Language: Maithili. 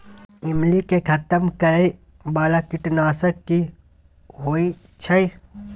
ईमली के खतम करैय बाला कीट नासक की होय छै?